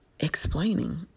Explaining